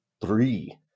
three